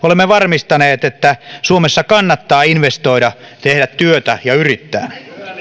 olemme varmistaneet että suomessa kannattaa investoida tehdä työtä ja yrittää